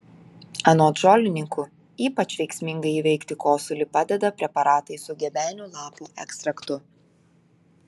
anot žolininkų ypač veiksmingai įveikti kosulį padeda preparatai su gebenių lapų ekstraktu